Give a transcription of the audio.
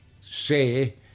say